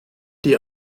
die